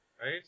Right